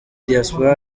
diaspora